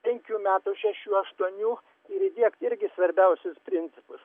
penkių metų šešių aštuonių ir įdiegt irgi svarbiausius principus